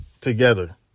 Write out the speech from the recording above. together